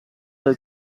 del